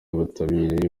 ubutabire